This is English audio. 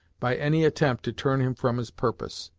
by any attempt to turn him from his purpose.